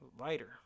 lighter